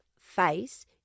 face